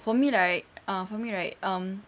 for me like ah for me right um